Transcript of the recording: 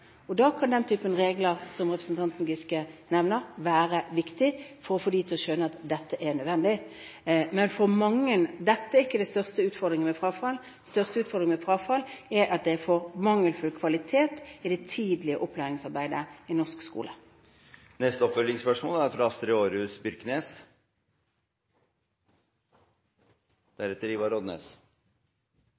Da kan den typen regler som representanten Giske nevner, være viktig for å få dem til å skjønne at skolen er viktig og nødvendig. Men for mange er ikke dette den største utfordringen ved frafall. Den største utfordringen ved frafall er at det er mangelfull kvalitet i det tidlige opplæringsarbeidet i norsk